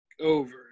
over